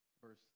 Verse